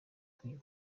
ikwiye